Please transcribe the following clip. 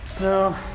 No